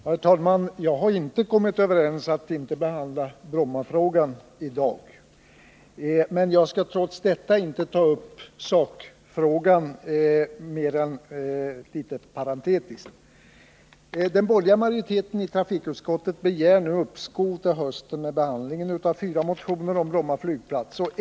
Herr talman! Jag har inte kommit överens med någon om att inte behandla Brommafrågan i dag, men jag skall trots detta inte ta upp sakfrågan mer än parentetiskt. Den borgerliga majoriteten i trafikutskottet begär nu uppskov till hösten med behandlingen av fyra motioner om Bromma flygplats.